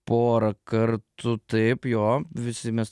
porą kartų taip jo visi mes